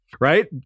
right